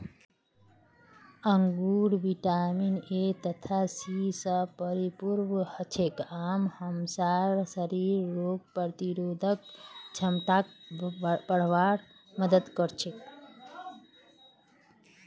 अंगूर vitamin A तथा C स परिपूर्ण हछेक आर हमसार शरीरक रोग प्रतिरोधक क्षमताक बढ़वार मदद कर छेक